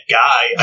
guy